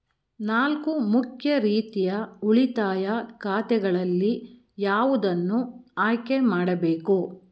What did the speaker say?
ನಾಲ್ಕು ಮುಖ್ಯ ರೀತಿಯ ಉಳಿತಾಯ ಖಾತೆಗಳಲ್ಲಿ ಯಾವುದನ್ನು ಆಯ್ಕೆ ಮಾಡಬೇಕು?